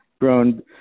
grown